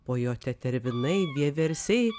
po jo tetervinai vieversiai